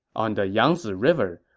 on the yangzi river,